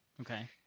Okay